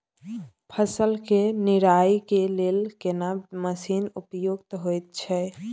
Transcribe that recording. फसल के निराई के लेल केना मसीन उपयुक्त होयत छै?